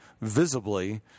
visibly